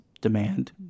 demand